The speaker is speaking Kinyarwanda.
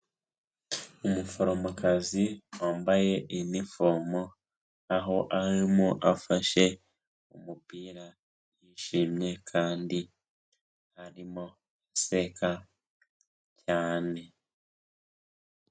Umuforomokazi wambaye inifomo aho arimo, afashe umupira yishimye kandi arimo aseka cyane.